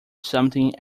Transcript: something